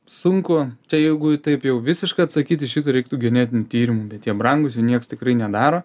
sunku tai jeigu jį taip jau visiškai atsakyt į šito reiktų genetinių tyrimų bent jie brangūs jų nieks tikrai nedaro